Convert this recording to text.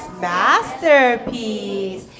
masterpiece